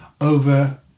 over